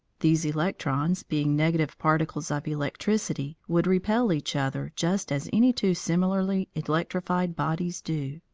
these electrons, being negative particles of electricity, would repel each other just as any two similarly electrified bodies do.